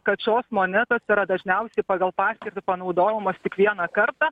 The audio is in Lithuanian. kad šios monetos yra dažniausiai pagal paskirtį panaudojamos tik vieną kartą